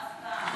אף פעם.